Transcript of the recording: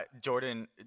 Jordan